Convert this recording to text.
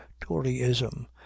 toryism